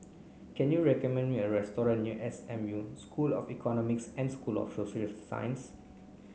can you recommend me a restaurant near S M U School of Economics and School of Social Sciences